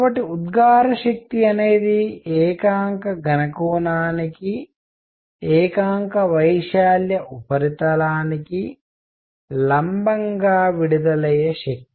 కాబట్టి ఉద్గార శక్తి అనేది ఏకాంక ఘన కోణానికి ఏకాంక వైశాల్య ఉపరితలానికి లంబంగా విడుదలయ్యే శక్తి